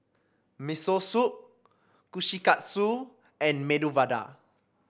Miso Soup Kushikatsu and Medu Vada